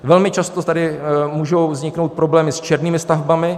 Velmi často tady můžou vzniknout problémy s černými stavbami.